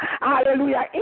hallelujah